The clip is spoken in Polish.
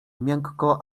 miękko